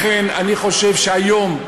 לכן אני חושב שהיום,